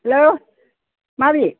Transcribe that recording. hello माबे